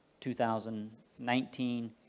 2019